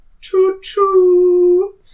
Choo-choo